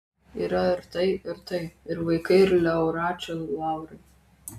yra ir tai ir tai ir vaikai ir laureačių laurai